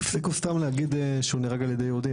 תפסיקו סתם להגיד שהוא נהרג על ידי יהודים,